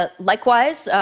ah likewise,